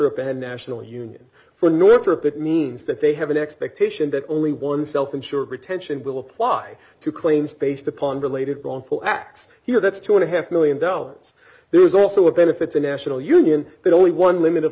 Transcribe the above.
op and national union for northrop it means that they have an expectation that only one self insured retention will apply to claims based upon related going full x here that's two and a half one million dollars there is also a benefit to national union but only one limited